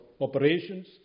operations